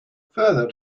further